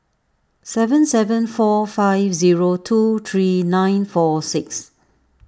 seven seven four five zero two three nine four six